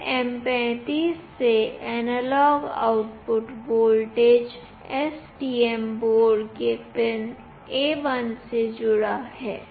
LM35 से analog output voltage STM board के pin A1 से जुड़ा है